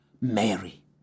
Mary